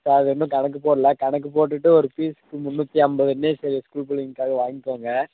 sir அது இன்னும் கணக்கு போட்லை கணக்கு போட்டுவிட்டு ஒரு பீஸுக்கு முந்நூற்றி ஐம்பதுனே சரி ஸ்கூல் பிள்ளைங்களுக்காக வாங்கிக்கோங்க